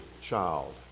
child